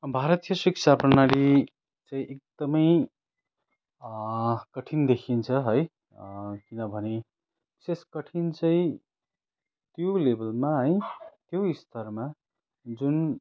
भारतीय शिक्षा प्रणाली चाहिँ एकदमै कठिन देखिन्छ है किनभने विशेष कठिन चाहिँ त्यो लेभलमा है त्यो स्तरमा जुन